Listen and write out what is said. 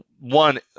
one